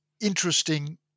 interesting